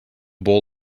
bowl